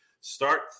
Start